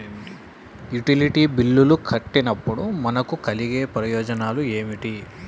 Utility బిల్లులు కట్టినప్పుడు మనకు కలిగే ప్రయోజనాలు ఏమిటి?